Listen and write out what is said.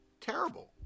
Terrible